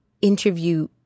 interview